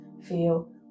feel